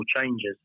changes